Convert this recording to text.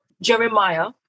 Jeremiah